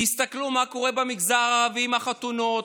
תסתכלו מה קורה במגזר הערבי עם החתונות,